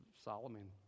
Solomon